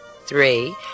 three